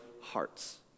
hearts